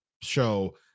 show